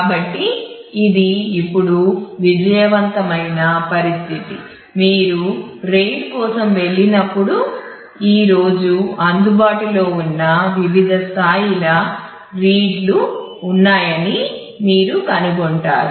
కాబట్టి ఇది ఇప్పుడు విజయవంతమైన పరిస్థితి మీరు RAID కోసం వెళ్ళినప్పుడు ఈ రోజు అందుబాటులో ఉన్న వివిధ స్థాయిల రీడ్లు ఉన్నాయని మీరు కనుగొంటారు